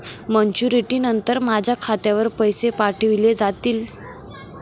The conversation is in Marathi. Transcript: मॅच्युरिटी नंतर माझ्या खात्यावर पैसे पाठविले जातील?